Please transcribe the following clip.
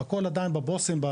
הכול עדיין בארגזים.